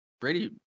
Brady